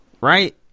Right